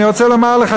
אני רוצה לומר לך,